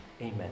Amen